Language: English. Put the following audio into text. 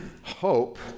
hope